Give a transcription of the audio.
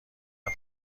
همه